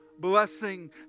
blessing